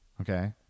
Okay